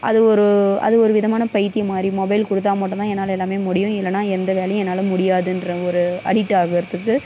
அது ஒரு அது ஒரு விதமான பைத்தியம் மாதிரி மொபைல் கொடுத்தா மட்டும் தான் என்னால் எல்லாம் முடியும் இல்லைனா எந்த வேலையும் என்னால் முடியாதுன்ற ஒரு அடிக்ட்டாகிறதுக்கு